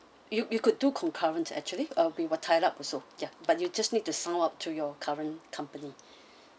you you could do concurrent actually ah we will tie up also ya but you just need to sound up to your current company